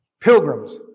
pilgrims